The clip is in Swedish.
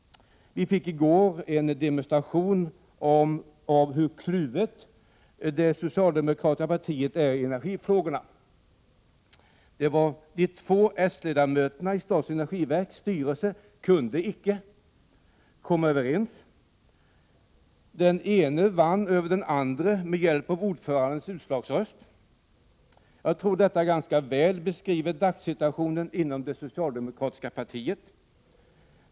Vi fick i går en demonstration av hur kluvet det socialdemokratiska partiet är i energifrågorna. De två socialdemokratiska ledamöterna i statens energiverks styrelse kunde icke komma överens. Den ena vann över den andra med hjälp av ordförandens utslagsröst. Jag tror att detta ganska väl beskriver dagssituationen inom det socialdemokratiska partiet.